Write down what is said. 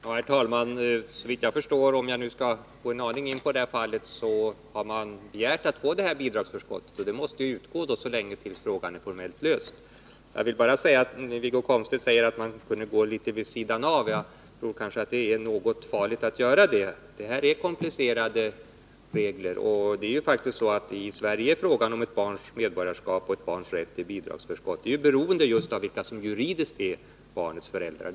Herr talman! Om jag skall gå in på det här fallet en aning, kan jag säga att föräldrarna såvitt jag förstår har begärt att få bidragsförskottet, och det måste ju utgå tills frågan är formellt löst. Wiggo Komstedt säger att man kunde gå litet vid sidan om, men jag tror att det är farligt att göra det. Det här är komplicerade regler. Och i Sverige är faktiskt frågan om ett barns medborgarskap och rätt till bidragsförskott beroende just av vilka som juridiskt är barnets föräldrar.